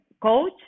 Coach